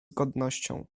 godnością